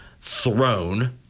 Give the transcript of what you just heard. throne